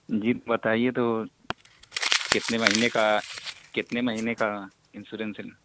جی بتائیے تو کتنے مہینے کا کتنے مہینے کا انسورنس